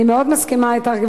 אני מאוד מסכימה אתך,